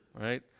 right